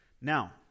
Now